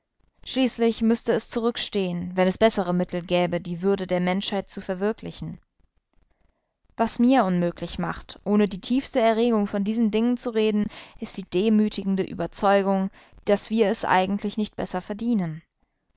schließlich müßte es zurückstehen wenn es bessere mittel gäbe die würde der menschheit zu verwirklichen was mir unmöglich macht ohne die tiefste erregung von diesen dingen zu reden ist die demütigende überzeugung daß wir es eigentlich nicht besser verdienen